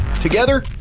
Together